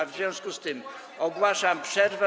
W związku z tym ogłaszam przerwę.